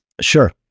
Sure